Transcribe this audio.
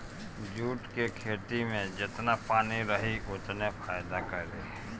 jute के खेती में जेतना पानी रही ओतने फायदा करी